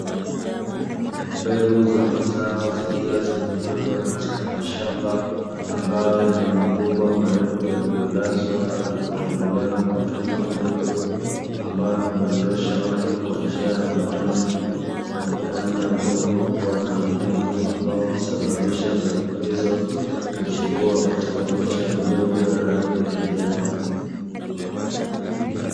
Mbegu za mazao zikiwa zimepandwa katika mashamba ambayo yana mabomba marefu yaliyolazwa na kutobolewa matundu madogo, ambayo hudondosha maji kwa njia ya matone na kufanya udongo kuwa na unyevu ambao husababisha mbegu hizo kuchipua katika miche midogo ya rangi ya kijani.